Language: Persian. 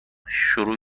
شروع